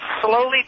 slowly